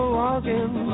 walking